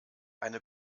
eine